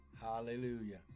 Hallelujah